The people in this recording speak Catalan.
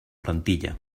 plantilla